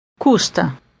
custa